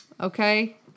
Okay